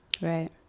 Right